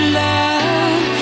love